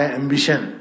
ambition